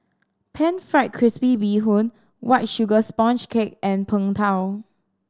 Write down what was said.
Pan Fried Crispy Bee Hoon White Sugar Sponge Cake and Png Tao